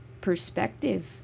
perspective